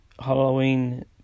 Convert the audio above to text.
Halloween